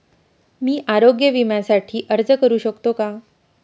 मी आरोग्य विम्यासाठी अर्ज करू शकतो का?